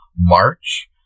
March